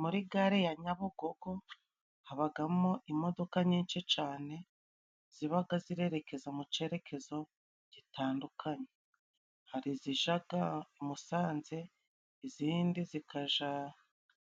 Muri gare ya nyabugogo habagamo imodoka nyinshi cane zibaga zirerekeza mu cerekezo gitandukanye ;hari izijaga musanze, indi zikaja